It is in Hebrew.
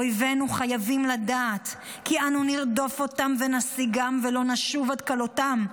אויבינו חייבים לדעת כי אנו נרדוף אותם ונשיגם ולא נשוב עד כלותם.